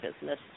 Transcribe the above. business